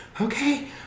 Okay